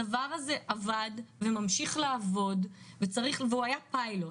הדבר הזה עבד והוא ממשיך לעבוד והוא היה פיילוט.